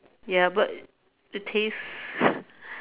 ya but the taste